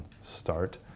Start